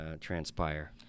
transpire